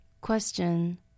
Question